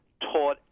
taught